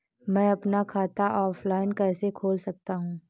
मैं अपना खाता ऑफलाइन कैसे खोल सकता हूँ?